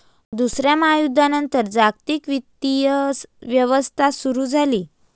दुसऱ्या महायुद्धानंतर जागतिक वित्तीय व्यवस्था सुरू झाली